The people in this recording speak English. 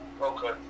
Okay